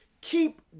keep